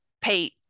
pay